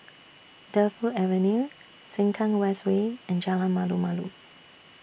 Defu Avenue Sengkang West Way and Jalan Malu Malu